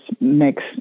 makes